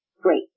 Great